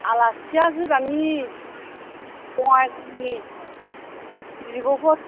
आलासिया गोजान्नि बङाइगावनि बिब'फोर